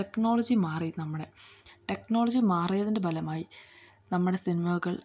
technology മാറി നമ്മുടെ technology മാറിയതിൻ്റെ ഫലമായി നമ്മുടെ സിനിമകൾ